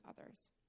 others